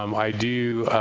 um i do